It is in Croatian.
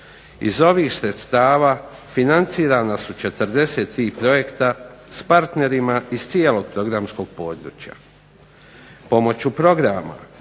Iz ovih sredstava financirana su 43 projekta s partnerima iz cijelog programskog područja.